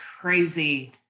crazy